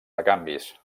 recanvis